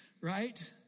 right